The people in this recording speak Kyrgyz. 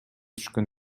түшкөн